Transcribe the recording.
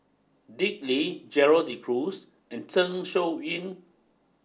Dick Lee Gerald De Cruz and Zeng Shouyin